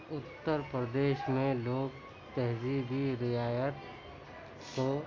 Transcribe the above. اترپردیش میں لوگ تہذیبی روایات کو